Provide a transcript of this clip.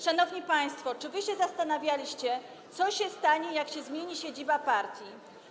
Szanowni państwo, czy wy się zastanawialiście, co się stanie, jak się zmieni siedziba partii?